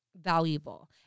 valuable